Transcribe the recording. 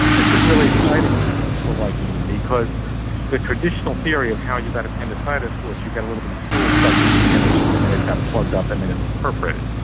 this is really exciting to people like me because in the traditional theory of how you got appendicitis was you get a little bit of stool stuck in the appendix and then it got plugged up and then it perforated.